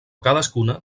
cadascuna